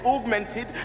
augmented